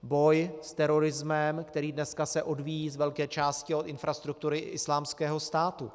Boj s terorismem, který se dneska odvíjí z velké části od infrastruktury Islámského státu.